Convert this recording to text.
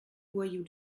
voyou